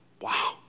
Wow